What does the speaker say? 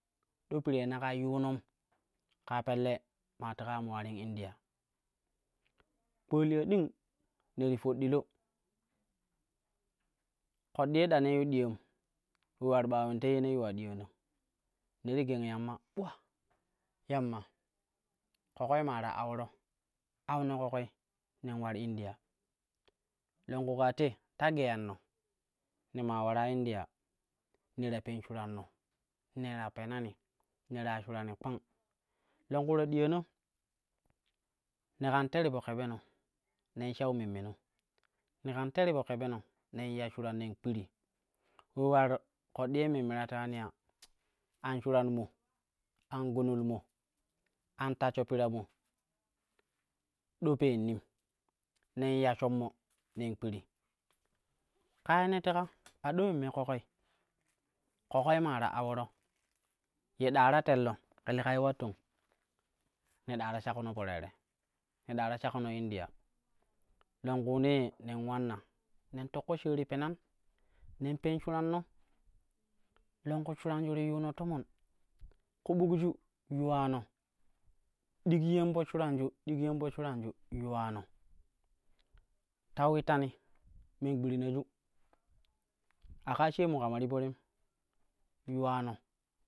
Do pire naka yunum kaa pelle maa teka ya mo illarim india. Pkpaliya ding ne ti foddilo ƙoɗɗi ɗa nei yu ɗiyam ule ular ɓa ulendei ye ne yuwa ɗiyaana ne ti geng yamma ɓula yamma ƙoƙoi ma ta aworo, auno ƙoƙoi nen ular india longku kaa te ta geyanno ne maa ulara india ne ta pen shiranno, ne ta penani ne ta ya shuranni ƙpang. Longku ta diyana ne kan te ti po kebeno nen shau memmeno ne kan te ti po kebeno nen ya shuran nen kpiri we ular koɗɗiya memme ta tewani ya an shuran mo, an gunul mo, an tashsho pira mo ɗo pennim nen ya shommo nen kpiri. Ka ye ne tuka a do ulemmii ƙoƙoi, ƙoƙoi maa ta aworo ye ɗa ta tel no ke lekai ular tong? Ne ɗaa da shekono po tere ne ɗa ta shaƙono india longkunee nen ulanna nen toƙƙo shaari penan, nen pen shuranno, longku shuranju ti yuno tumon ku bukju yuwamo ɗikyan po shuranju, ɗikyau po shuranju yuwano ta ulittani men gbidina a kaa sheemu kama ti po tem yuwa no.